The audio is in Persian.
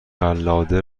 قلاده